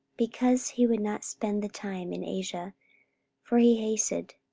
because he would not spend the time in asia for he hasted,